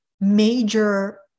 major